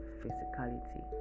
physicality